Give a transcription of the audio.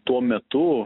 tuo metu